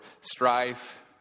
strife